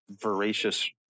voracious